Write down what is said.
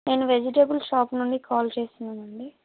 నేను vegetable shop నుండి call చేస్తున్నాను అండి